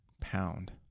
pound